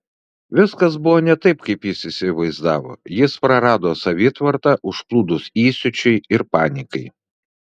viskas buvo ne taip kaip jis įsivaizdavo jis prarado savitvardą užplūdus įsiūčiui ir panikai